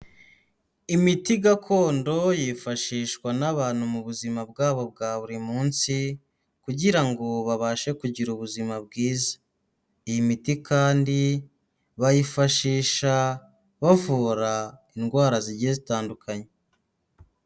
Imiti gakondo yifashishwa n'abantu mu buzima bwabo bwa buri munsi kugira ngo babashe kugira ubuzima bwiza, iyi miti kandi bayifashisha bavura indwara zigiye zitandukanye.